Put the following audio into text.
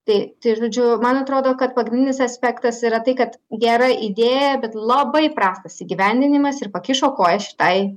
tai tai žodžiu man atrodo kad pagrindinis aspektas yra tai kad gera idėja bet labai prastas įgyvendinimas ir pakišo koją šitai